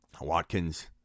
Watkins